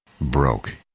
broke